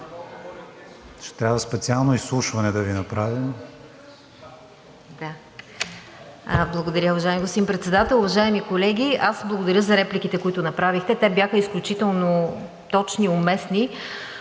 Ще трябва специално изслушване да Ви направим.